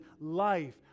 life